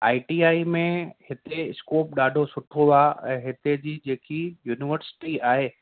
I T I में हिते scope ॾाढो सुठो आहे ऐं हिते जी जेकी यूनिवर्सिटी आहे